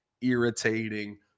irritating